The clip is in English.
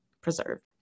preserved